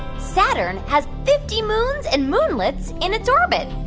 saturn has fifty moons and moonlets in its orbit?